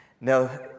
Now